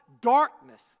Darkness